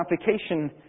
application